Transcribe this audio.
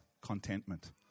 contentment